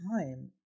time